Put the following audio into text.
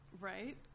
Right